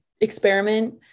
experiment